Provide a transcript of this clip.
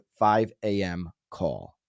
5AMcall